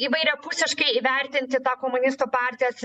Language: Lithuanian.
įvairiapusiškai įvertinti tą komunistų partijos